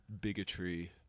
bigotry